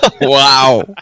Wow